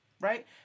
right